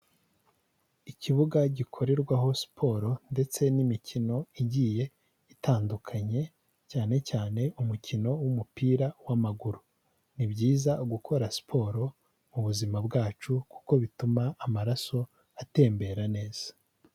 Ikibuga gikorerwaho siporo ndetse n'imikino igiye itandukanye, cyane cyane umukino w'umupira w'amaguru, ni byiza gukora siporo mu buzima bwacu kuko bituma amaraso atembera neza.